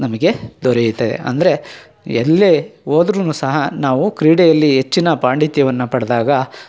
ನಮಗೆ ದೊರೆಯುತೆ ಅಂದರೆ ಎಲ್ಲೇ ಹೋದ್ರುನು ಸಹ ನಾವು ಕ್ರೀಡೆಯಲ್ಲಿ ಹೆಚ್ಚಿನ ಪಾಂಡಿತ್ಯವನ್ನ ಪಡೆದಾಗ